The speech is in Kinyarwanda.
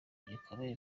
gikomeye